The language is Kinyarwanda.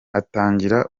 atangira